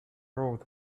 road